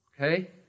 Okay